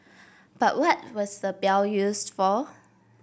but what was the bell used for